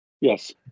Yes